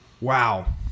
Wow